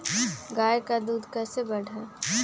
गाय का दूध कैसे बढ़ाये?